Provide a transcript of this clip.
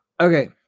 okay